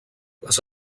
les